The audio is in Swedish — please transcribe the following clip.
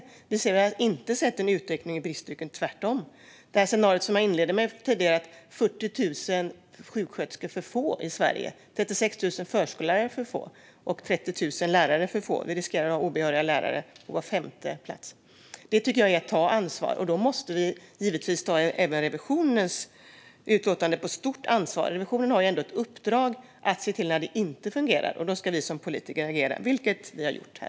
Det vill säga vi har inte sett någon utveckling när det gäller bristyrken, tvärtom. Jag inledde mitt anförande med ett scenario som visar på att det saknas 40 000 sjuksköterskor, 36 000 förskollärare och 30 000 lärare i Sverige. Vi riskerar därmed att var femte lärare är obehörig. Jag tycker att detta är att ta ansvar, och då måste vi givetvis även ta Riksrevisionens utlåtande på stort allvar. Riksrevisionen har ändå ett uppdrag att säga till när det inte fungerar. Då ska vi politiker reagera, vilket vi har gjort här.